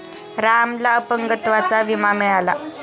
रामला अपंगत्वाचा विमा मिळाला